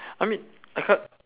I mean I can't